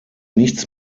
nichts